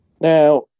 Now